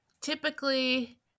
Typically